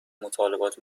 مطالبات